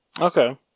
Okay